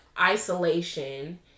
isolation